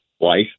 life